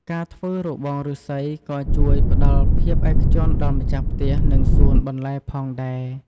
ការធ្វើរបងឬស្សីក៏ជួយផ្តល់ភាពឯកជនដល់ម្ចាស់ផ្ទះ និងសួនបន្លែផងដែរ។